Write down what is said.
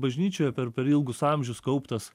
bažnyčioje per per ilgus amžius kauptas